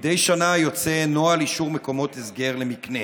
מדי שנה יוצא נוהל אישור מקומות הסגר למקנה